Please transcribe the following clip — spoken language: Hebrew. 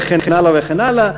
וכן הלאה וכן הלאה.